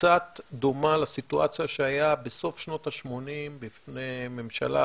קצת דומה לסיטואציה שהייתה בסוף שנות השמונים בפני הממשלה,